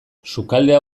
sukaldea